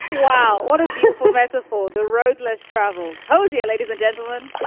wow. what is it matter for the road? less traveled? hozier ladies and gentlemen